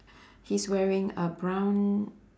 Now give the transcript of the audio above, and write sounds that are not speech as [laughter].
[breath] he's wearing a brown